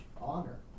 honor